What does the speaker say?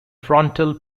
frontal